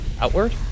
Outward